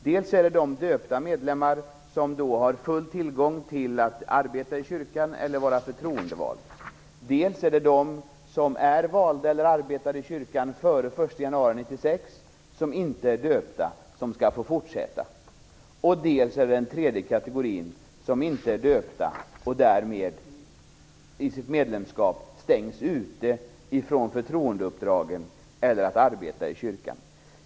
Dels finns döpta medlemmar som har fullt tillgång till att arbeta i kyrkan eller att vara förtroendevald, dels finns de som är valda eller arbetar i kyrkan före den 1 januari 1996 som inte är döpta och som skall få fortsätta, dels finns den tredje kategorin som inte är döpta och därmed i sitt medlemskap stängs ute från förtroendeuppdrag eller från att arbeta i kyrkan.